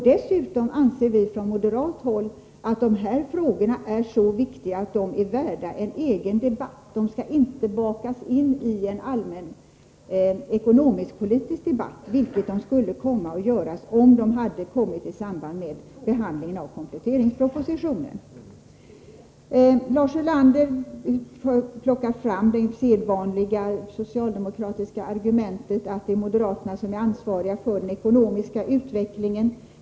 Dessutom anser vi från moderat håll att de här frågorna är så viktiga att de är värda en egen debatt — de skall inte bakas in i en allmän ekonomisk-politisk debatt, vilket skulle ha skett om de hade behandlats i samband med kompletteringspropositionen. Lars Ulander plockar fram det sedvanliga socialdemokratiska argumentet, att det är moderaterna som är ansvariga för den ekonomiska utvecklingen.